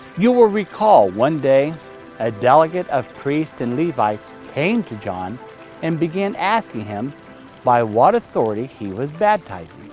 you will recall one day a delegate of priests and levites came to john and began asking him by what authority he was baptizing.